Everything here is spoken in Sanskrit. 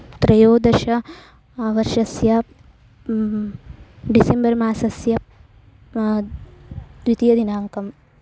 त्रयोदश वर्षस्य डिसेम्बर् मासस्य द्वितीयदिनाङ्कः